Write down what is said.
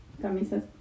camisas